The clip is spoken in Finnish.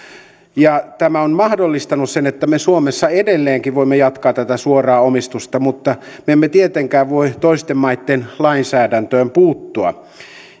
ja tämä on mahdollistanut sen että me suomessa edelleenkin voimme jatkaa tätä suoraa omistusta mutta me emme tietenkään voi toisten maitten lainsäädäntöön puuttua